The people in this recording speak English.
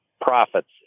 profits